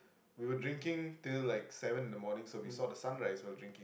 we were drinking till like seven in the morning so we saw the sunrise while drinking